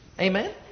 Amen